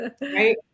Right